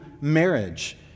marriage